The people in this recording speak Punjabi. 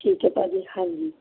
ਠੀਕ ਹੈ ਭਾਅ ਜੀ ਹਾਂਜੀ